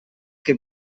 que